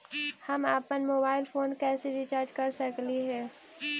हम अप्पन mobile phone के कैसे रिचार्ज कर सकली हे?